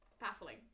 baffling